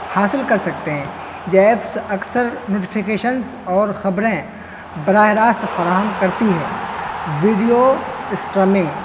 حاصل کر سکتے ہیں یہ ایپس اکثر نوٹیفیکیشنز اور خبریں براہ راست فراہم کرتی ہے ویڈیو اسٹرمنگ